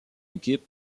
équipe